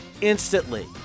instantly